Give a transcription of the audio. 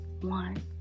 one